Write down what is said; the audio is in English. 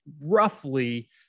roughly